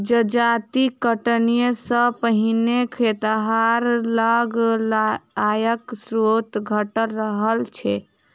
जजाति कटनी सॅ पहिने खेतिहर लग आयक स्रोत घटल रहल छै